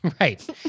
Right